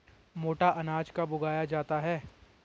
मोटा अनाज कब उगाया जाता है?